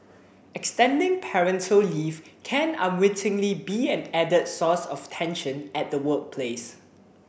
extending parental leave can unwittingly be an added source of tension at the workplace